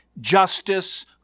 justice